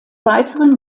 weiteren